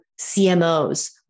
CMOs